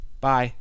Bye